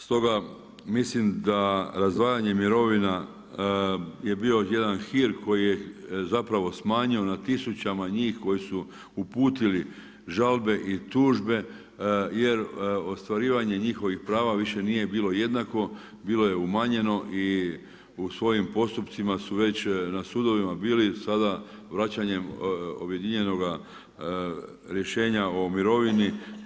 Stoga mislim da razdvajanje mirovina je bio jedan hir koji je zapravo smanjio na tisućama njih koji su uputili žalbe i tužbe jer ostvarivanje njihovih prava više nije bilo jednako, bilo je umanjeno i u svojim postupcima su već na sudovima bili sada vraćanjem objedinjenoga rješenja o mirovini.